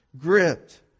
gripped